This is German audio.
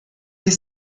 die